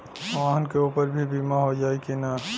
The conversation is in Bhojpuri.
वाहन के ऊपर भी बीमा हो जाई की ना?